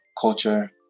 culture